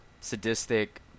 sadistic